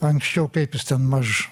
anksčiau kaip jis ten maž